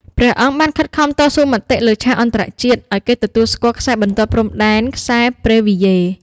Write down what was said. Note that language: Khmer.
ព្រះអង្គបានខិតខំតស៊ូមតិលើឆាកអន្តរជាតិឱ្យគេទទួលស្គាល់ខ្សែបន្ទាត់ព្រំដែន "ខ្សែប៊្រេវីយ៉េ"។